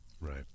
Right